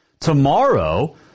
Tomorrow